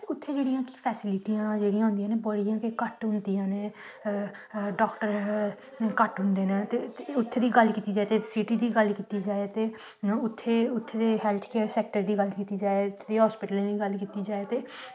उत्थें जेह्ड़ियां फेस्लिटियां होंदियां न ओह् घट्ट होंदियां न डॉक्टर घट्ट होंदे न उत्थें दी गल्ल कीती जाए ते उत्थें दी गल्ल कीती जाए ते उत्थें उत्थें दे हेल्थ केयर सेक्टर दी गल्ल कीती जाए ते इत्थें दे हॉस्पिटल दी गल्ल कीती जाए ते